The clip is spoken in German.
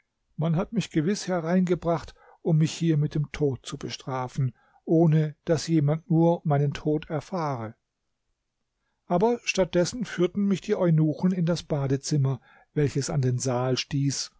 man hat mich gewiß hereingebracht um mich hier mit dem tod zu bestrafen ohne daß jemand nur meinen tod erfahre aber statt dessen führten mich die eunuchen in das badzimmer welches an den saal stieß